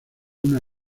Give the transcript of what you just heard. una